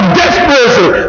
desperation